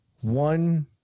one